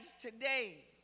today